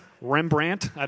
Rembrandt